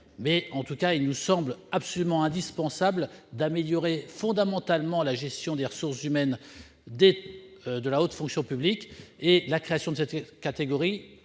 mission, mais il nous semble indispensable d'améliorer fondamentalement la gestion des ressources humaines de la haute fonction publique, et la création de cette catégorie